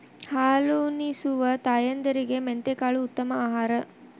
ಹಾಲುನಿಸುವ ತಾಯಂದಿರಿಗೆ ಮೆಂತೆಕಾಳು ಉತ್ತಮ ಆಹಾರ